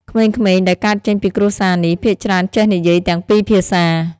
ក្មេងៗដែលកើតចេញពីគ្រួសារនេះ ភាគច្រើនចេះនិយាយទាំងពីរភាសា។